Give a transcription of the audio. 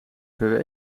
per